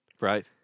Right